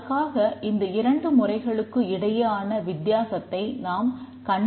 அதற்காக இந்த இரண்டு முறைகளுக்கு இடையேயான வித்தியாசத்தை நாம் கண்டிப்பாகக் காண வேண்டும்